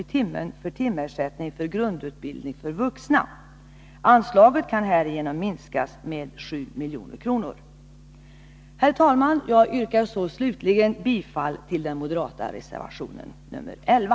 i timmen för timersättning för grundutbildning för vuxna. Anslaget kan härigenom minskas med 7 milj.kr. Herr talman! Jag yrkar så slutligen bifall till den moderata motionen 11.